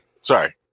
Sorry